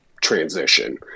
transition